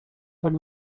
tak